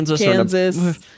Kansas